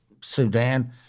Sudan